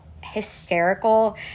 hysterical